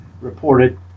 reported